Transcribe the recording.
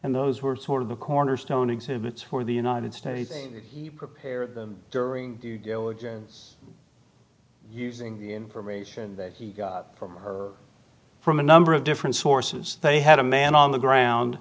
and those were sort of the cornerstone exhibits for the united states you prepare them during using the information that he got from or from a number of different sources they had a man on the ground